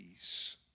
peace